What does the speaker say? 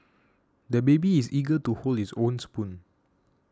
the baby is eager to hold his own spoon